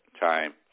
time